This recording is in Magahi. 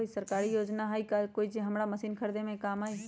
सरकारी योजना हई का कोइ जे से हमरा मशीन खरीदे में काम आई?